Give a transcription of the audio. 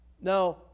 Now